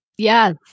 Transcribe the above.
Yes